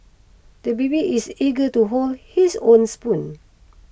the baby is eager to hold his own spoon